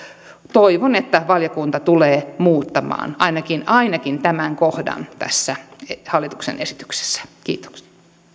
toivon että valiokunta tulee muuttamaan ainakin ainakin tämän kohdan tässä hallituksen esityksessä kiitos